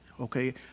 Okay